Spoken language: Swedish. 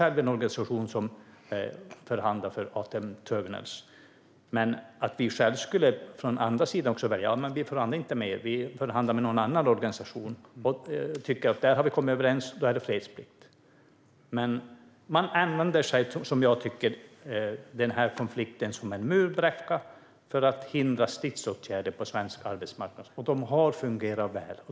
Det finns en organisation som förhandlar för APM Terminals, men hur blir det om arbetstagarna väljer att förhandla med en annan organisation i stället och tycker att det ska råda fredsplikt eftersom de har kommit överens? Som jag ser det använder man den här konflikten som en murbräcka för att hindra stridsåtgärder på svensk arbetsmarknad. De har fungerat väl.